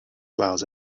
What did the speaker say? flowers